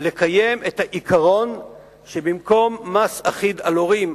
לקיים את העיקרון שבמקום מס אחיד על הורים